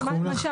איך קוראים לך?